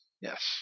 Yes